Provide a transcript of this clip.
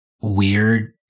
weird